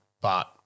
but-